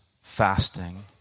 fasting